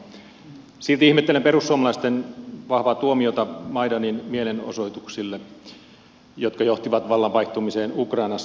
silti ihmettelen perussuomalaisten vahvaa tuomiota maidanin mielenosoituksille jotka johtivat vallan vaihtumiseen ukrainassa